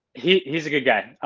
he's he's a good guy.